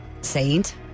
saint